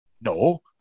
no